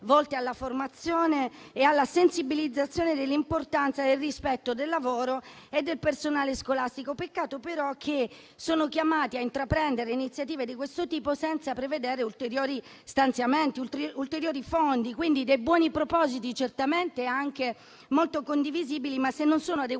volte alla formazione e alla sensibilizzazione sull'importanza del rispetto del lavoro e del personale scolastico. Peccato però che sono chiamati a intraprendere iniziative di questo tipo senza prevedere ulteriori stanziamenti e fondi; sono quindi dei buoni propositi, certamente molto condivisibili, ma se non adeguatamente